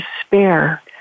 despair